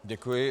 Děkuji.